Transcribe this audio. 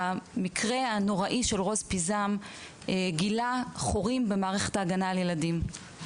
המקרה הנוראי של רוז פיזם גילה חורים במערכת ההגנה על ילדים.